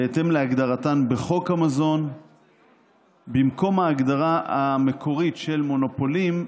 בהתאם להגדרתן בחוק המזון במקום ההגדרה המקורית של מונופולין,